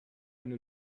eine